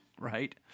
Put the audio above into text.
right